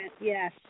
yes